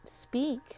speak